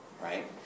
Right